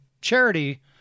charity